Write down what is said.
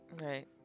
Right